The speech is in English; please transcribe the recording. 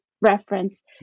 reference